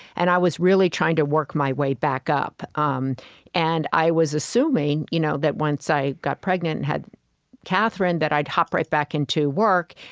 and i was really trying to work my way back up. um and i was assuming you know that once i got pregnant and had catherine, that i'd hop right back into work,